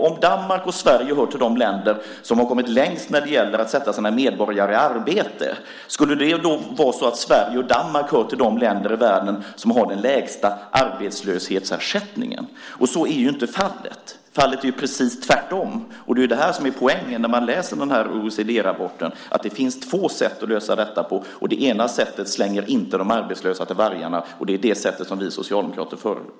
Om Danmark och Sverige hör till de länder som kommit längst när det gäller att sätta sina medborgare i arbete kan man ju fundera över om Sverige och Danmark också hör till de länder i världen som har den lägsta arbetslöshetsersättningen. Så är ju inte fallet, utan det är precis tvärtom. Poängen när man läser OECD-rapporten är just att det finns två sätt att lösa detta på, och det ena sättet slänger inte de arbetslösa till vargarna. Det är det sättet som vi socialdemokrater föreslår.